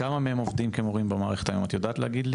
האם את יודעת להגיד לי